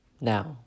Now